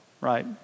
right